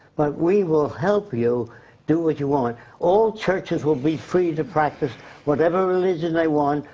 but we will help you do what you want. all churches will be free to practice whatever religion they want,